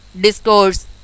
discourse